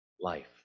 life